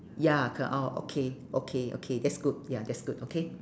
ya co~ orh okay okay okay that's good ya that's good okay